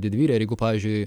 didvyrė ir jeigu pavyzdžiui